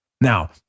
Now